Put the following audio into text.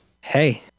Hey